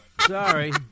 Sorry